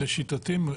לשיטתנו,